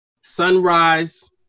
Sunrise